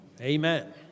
Amen